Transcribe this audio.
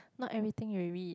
not everything you read